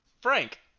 Frank